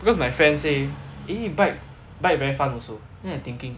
because my friend say eh bike bike very fun also then I thinking